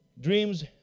Dreams